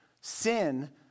sin